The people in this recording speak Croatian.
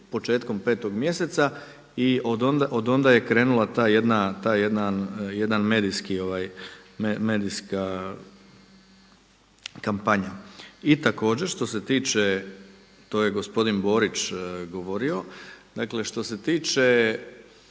početkom 5. mjeseca i o odonda je krenula ta jedna, taj jedan medijska kampanja. I također što se tiče, to je i gospodin Borić govorio, dakle što se tiče